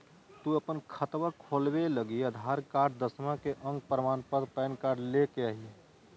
तू अपन खतवा खोलवे लागी आधार कार्ड, दसवां के अक प्रमाण पत्र, पैन कार्ड ले के अइह